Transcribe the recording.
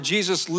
Jesus